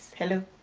hello.